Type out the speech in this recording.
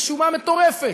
בשומה מטורפת.